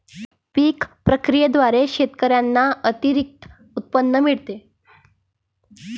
पीक प्रक्रियेद्वारे शेतकऱ्यांना अतिरिक्त उत्पन्न मिळते